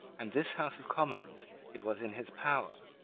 and this house of commons it was in his power,